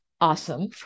awesome